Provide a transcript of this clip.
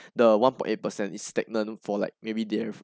the one point eight percent is stagnant for like maybe they have